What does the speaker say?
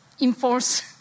enforce